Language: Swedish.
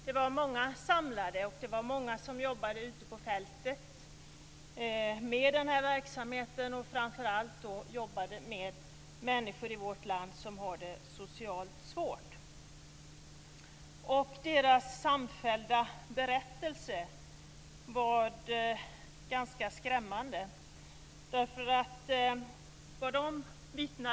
Det var många samlade. Många jobbade ute på fältet med den här verksamheten, och framför allt jobbade man med människor i vårt land som har det socialt svårt. Deras samfällda berättelse var ganska skrämmande.